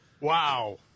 Wow